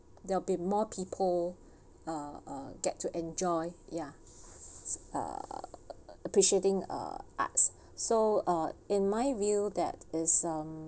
there'll be more people uh uh get to enjoy ya uh appreciating uh art so uh in my view that is um